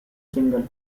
single